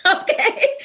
okay